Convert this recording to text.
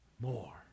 more